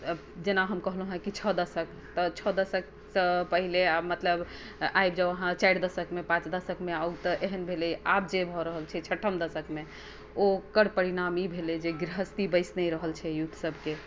जेना हम कहलहुँ हेँ कि छओ दशक तऽ छओ दशक तऽ पहिने मतलब आइ जँऽ अहाँ चारि दशकमे पाँच दशकमे आउ तऽ एहन भेलै आब जे भऽ रहल छै छठम दशकमे ओकर परिणाम ई भेलै जे गृहस्थी बसि नहि रहल छै यूथसभके